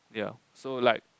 ya so like